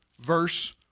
verse